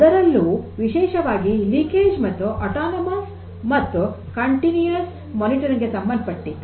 ಅದರಲ್ಲೂ ವಿಶೇಷವಾಗಿ ಸೋರಿಕೆ ಮತ್ತು ಆಟೋನಮಸ್ ಮತ್ತು ನಿರಂತರ ಮೇಲ್ವಿಚಾರಣೆಗೆ ಸಂಬಂಧಪಟ್ಟಿದ್ದು